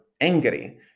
angry